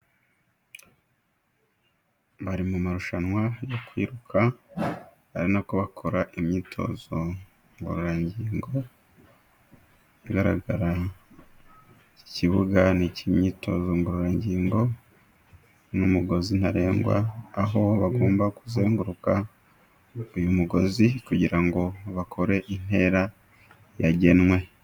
Bari mu marushanwa yo kwiruka ari nako bakora imyitozo ngororangingo igaragara ikibuga ni ik'imyitozo ngororangingo n'umugozi ntarengwa aho bagomba kuzenguruka uyu mugozi kugira bakore intera yagenwe